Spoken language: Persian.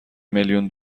میلیون